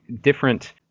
different